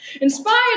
Inspired